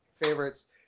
favorites